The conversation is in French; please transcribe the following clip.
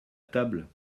table